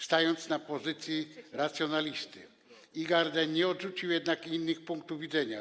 Stając na pozycji racjonalisty, Ingarden nie odrzucił jednak innych punktów widzenia.